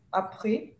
après